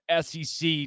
SEC